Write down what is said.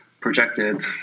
projected